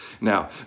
Now